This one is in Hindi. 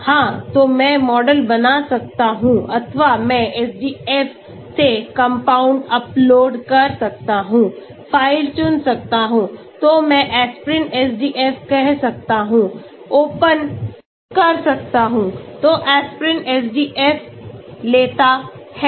हां तो मैं मॉडल बना सकता हूं अथवा मैं SDF से कंपाउंड अपलोड कर सकता हूं फाइल चुन सकता हूं तो मैं एस्पिरिन SDF कह सकता हूं ओपन कर सकता हूं तो एस्पिरिन SDF लेता है